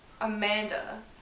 Amanda